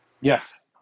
yes